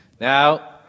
Now